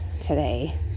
today